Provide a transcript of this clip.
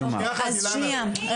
שנייה אחת אילנה,